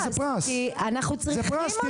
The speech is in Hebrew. כי אנחנו צריכים אותם.